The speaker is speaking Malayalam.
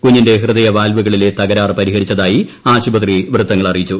കുഞ്ഞിന്റെ ഹൃദയ വാൽവുകളിലെ തകരാർ പരിഹരിച്ചതായി ആശുപത്രി വൃത്തങ്ങൾ അറിയിച്ചു